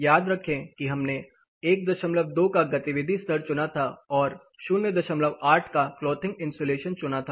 याद रखें कि हमने 12 का गतिविधि स्तर चुना था और 08 का क्लॉथिंग इन्सुलेशन चुना था